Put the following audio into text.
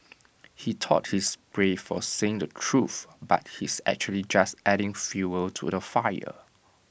he thought he's brave for saying the truth but he's actually just adding fuel to the fire